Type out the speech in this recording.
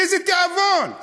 איזה תיאבון?